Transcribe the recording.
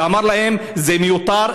ואמר להם: זה מיותר,